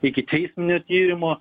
ikiteisminio tyrimo